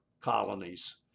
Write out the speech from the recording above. colonies